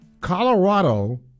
Colorado